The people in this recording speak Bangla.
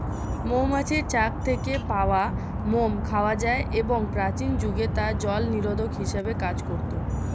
মৌমাছির চাক থেকে পাওয়া মোম খাওয়া যায় এবং প্রাচীন যুগে তা জলনিরোধক হিসেবে কাজ করত